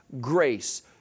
grace